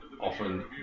often